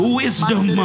wisdom